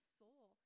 soul